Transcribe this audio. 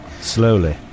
slowly